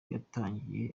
yatangije